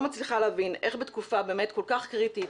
מצליחה להבין איך בתקופה באמת כל כך קריטית